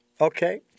okay